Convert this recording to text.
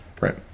right